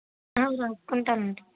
కనుక్కుంటానండి